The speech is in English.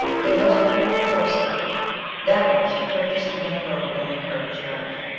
there was but one course left that was, to purchase the young girl and make her his wife,